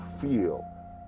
feel